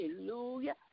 Hallelujah